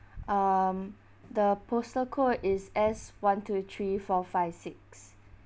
um the postal code is S one two three four five six